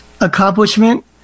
accomplishment